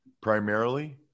primarily